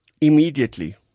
Immediately